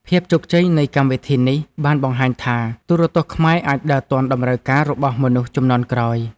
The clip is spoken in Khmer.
ភាពជោគជ័យនៃកម្មវិធីនេះបានបង្ហាញថា ទូរទស្សន៍ខ្មែរអាចដើរទាន់តម្រូវការរបស់មនុស្សជំនាន់ក្រោយ។